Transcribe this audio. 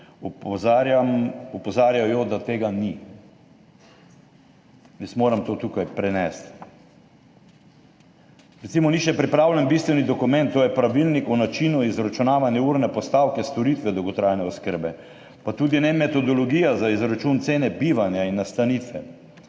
opozarjajo, da tega ni. Jaz moram to tukaj prenesti. Recimo, ni še pripravljen bistveni dokument, to je pravilnik o načinu izračunavanja urne postavke storitve dolgotrajne oskrbe, pa tudi ne metodologija za izračun cene bivanja in nastanitve.